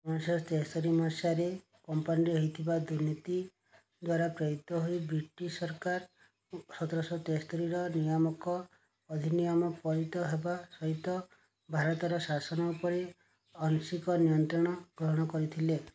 ସତର ଶହ ତେସ୍ତରି ମସିହାରେ କମ୍ପାନୀରେ ହେଉଥିବା ଦୁର୍ନୀତି ଦ୍ୱାରା ପ୍ରେରିତ ହୋଇ ବ୍ରିଟିଶ୍ ସରକାର ସତର ଶହ ତେସ୍ତରିର ନିୟାମକ ଅଧିନିୟମ ପରିତ ହେବା ସହିତ ଭାରତର ଶାସନ ଉପରେ ଆଂଶିକ ନିୟନ୍ତ୍ରଣ ଗ୍ରହଣ କରିଥିଲେ